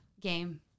Game